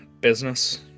business